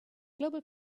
global